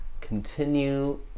continue